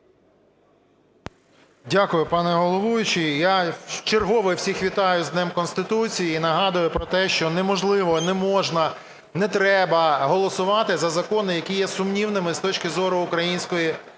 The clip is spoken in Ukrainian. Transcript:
Дякую, пане головуючий. Я вчергове всіх вітаю з Днем Конституції і нагадую про те, що неможливо, не можна, не треба голосувати за закони, які є сумнівними з точки зору української